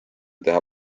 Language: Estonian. teha